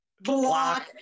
Block